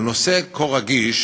על נושא כה רגיש